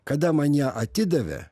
kada man ją atidavė